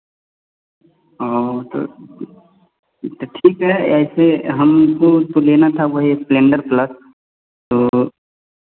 हाँ तो तो ठीक है ऐसे हमको तो लेना था वही स्प्लेंडर प्लस तो